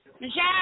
Michelle